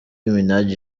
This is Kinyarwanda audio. minaj